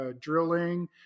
drilling